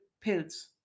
pills